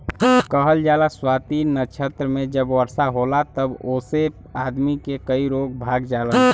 कहल जाला स्वाति नक्षत्र मे जब वर्षा होला तब ओसे आदमी के कई ठे रोग भाग जालन